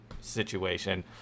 situation